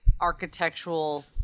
architectural